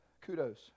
kudos